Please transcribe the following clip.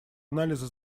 анализа